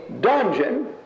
dungeon